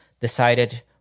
decided